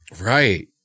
Right